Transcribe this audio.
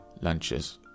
lunches